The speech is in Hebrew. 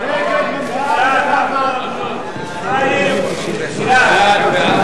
סעיף 35, הוועדה לאנרגיה